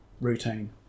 routine